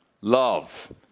Love